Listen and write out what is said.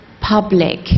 public